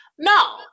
No